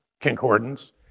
concordance